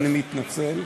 אני מתנצל.